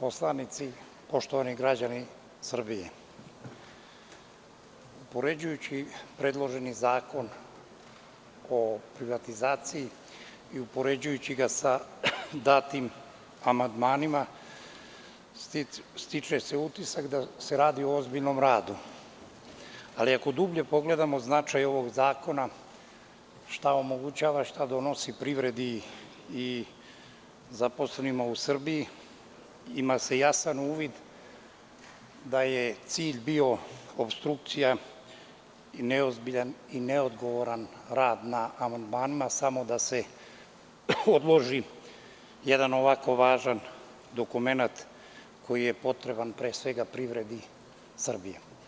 poslanici, poštovani građani Srbije, upoređujući predloženi Zakon o privatizaciji i upoređujući ga sa datim amandmanima stiče se utisak da se radi o ozbiljnom radu, ali ako dublje pogledamo značaj ovog zakona, šta omogućava, šta donosi privredi i zaposlenima u Srbiji, ima se jasan uvid da je cilj bio opstrukcija i neozbiljan i neodgovoran rad na amandmanima samo da se odloži jedan ovako važan dokument koji je potreban pre svega prirodi Srbije.